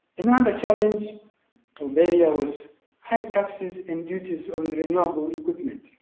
and and challenge or barrier was high taxes and duties on renewable equipment.